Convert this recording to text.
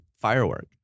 Firework